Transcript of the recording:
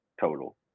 total